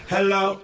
Hello